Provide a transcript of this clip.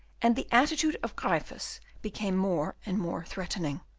and the attitude of gryphus became more and more threatening.